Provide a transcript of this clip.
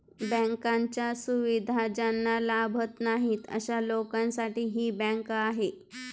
बँकांच्या सुविधा ज्यांना लाभत नाही अशा लोकांसाठी ही बँक आहे